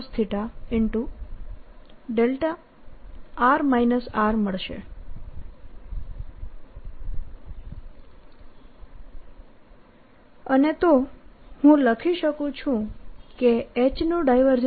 M Mcosθδ અને તો હું લખી શકું છું કે H નું ડાયવર્જન્સ